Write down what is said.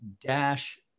dash